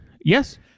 yes